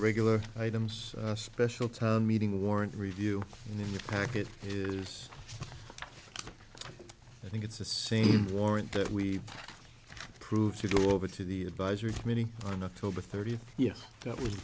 regular items special town meeting warrant review in the packet is i think it's the same warrant that we proved you go over to the advisory committee on october thirtieth yes that was